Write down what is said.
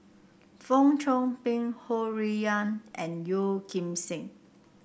Fong Chong Pik Ho Rui An and Yeo Kim Seng